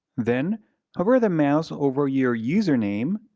then hover the mouse over your username